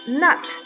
nut